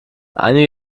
einige